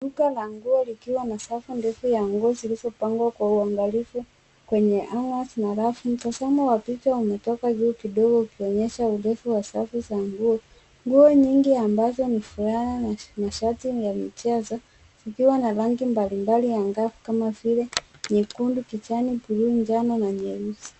Duka la nguo likiwa na safu ndefu ya nguo zilizopangwa kwa uangalifu kwenye hangers na rafu .Mtazamo wa picha umetoka juu kidogo ukionyesha urefu wa safu za nguo. Nguo nyingi ambazo ni fulana na shati za michezo zikiwa na rangi mbalimbali angavu kama vile nyekundu kijani, buluu, njano na nyeusi.